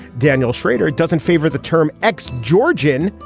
daniel schrader doesn't favor the term ex georgian.